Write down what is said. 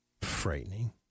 frightening